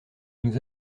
nous